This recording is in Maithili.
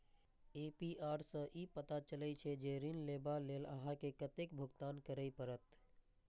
ए.पी.आर सं ई पता चलै छै, जे ऋण लेबा लेल अहां के कतेक भुगतान करय पड़त